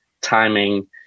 timing